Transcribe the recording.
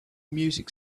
music